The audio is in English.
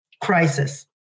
crisis